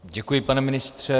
Děkuji, pane ministře.